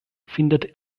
findet